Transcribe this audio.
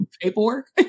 paperwork